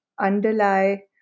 underlie